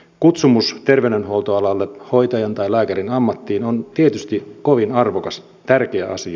kutsumus terveydenhuoltoalalle hoitajan tai lääkärin ammattiin on tietysti kovin arvokas tärkeä asia